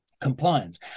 compliance